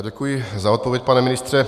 Děkuji za odpověď, pane ministře.